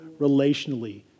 relationally